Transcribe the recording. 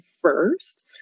first